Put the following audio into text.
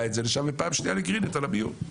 את זה לשם ופעם שנייה לגרין נט על המיון.